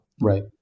Right